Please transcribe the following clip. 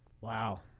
Wow